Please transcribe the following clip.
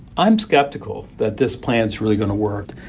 i'm skeptical that this plan's really going to work.